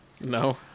No